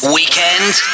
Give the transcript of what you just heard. Weekend